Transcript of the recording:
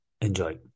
Enjoy